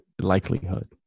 likelihood